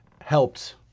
helped